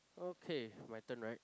okay my turn right